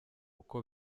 uko